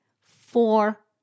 four